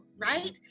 right